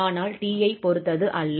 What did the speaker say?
ஆனால் t ஐப் பொறுத்து அல்ல